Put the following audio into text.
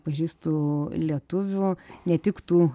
pažįstu lietuvių ne tik tų